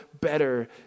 better